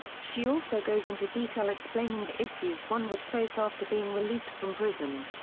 she also goes into detail explaining the issues one would face after being released from prison.